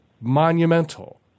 monumental